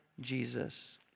Jesus